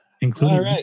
including